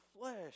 flesh